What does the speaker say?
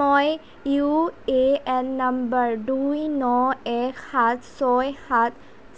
মই UAN number দুই ন এক সাত ছয় সাত